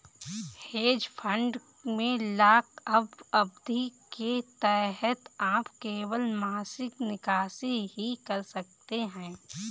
hedge fund में lockup अवधि के तहत आप केवल मासिक निकासी ही कर सकते हैं